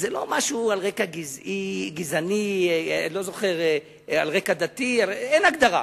זה לא משהו על רקע גזעני, על רקע דתי, אין הגדרה.